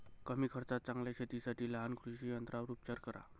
कमी खर्चात चांगल्या शेतीसाठी लहान कृषी यंत्रांवर उपचार करा